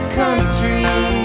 country